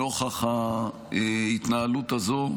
נוכח ההתנהלות הזו.